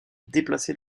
déplacer